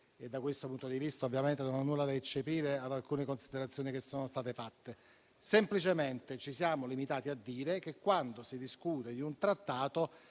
Da questo punto di vista, ovviamente, non ho nulla da eccepire ad alcune considerazioni che sono state fatte. Semplicemente ci siamo limitati a dire che, quando si discute di un trattato,